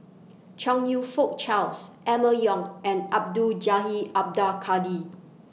Chong YOU Fook Charles Emma Yong and Abdul Jalil Abdul Kadir